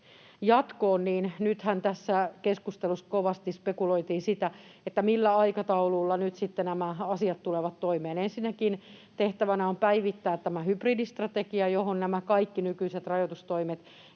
jatkoon, niin nythän tässä keskustelussa kovasti spekuloitiin, millä aikataululla nämä asiat pannaan toimeen. Ensinnäkin tehtävänä on päivittää tämä hybridistrategia, jolla nämä kaikki nykyiset rajoitustoimet